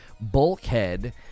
Bulkhead